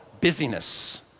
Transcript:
busyness